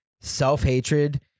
self-hatred